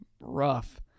rough